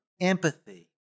empathy